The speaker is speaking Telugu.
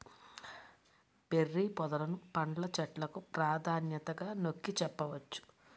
బెర్రీ పొదలను పండ్ల చెట్లకు ప్రాధాన్యతగా నొక్కి చెప్పవచ్చు